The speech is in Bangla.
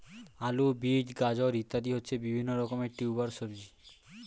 আলু, বিট, গাজর ইত্যাদি হচ্ছে বিভিন্ন রকমের টিউবার সবজি